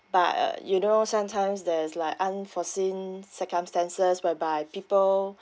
but uh you know sometimes there's like unforeseen circumstances whereby people